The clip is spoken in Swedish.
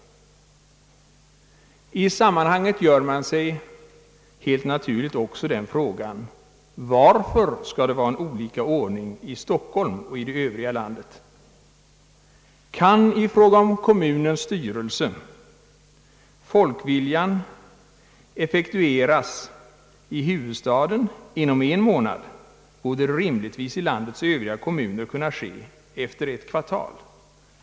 I sammanhanget ställer man sig helt naturligt också frågan: Varför skall det vara olika ordning i Stockholm och i övriga landet? Om folkviljan i fråga om kommunernas styrelser kan effektueras i huvudstaden inom en månad, borde det rimligtvis i landets övriga kommuner kunna ske efter ett kvartal.